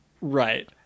right